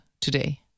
today